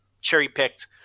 cherry-picked